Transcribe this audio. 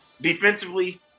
defensively